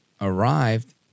arrived